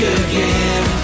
again